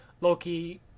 Loki